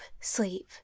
sleep